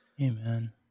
Amen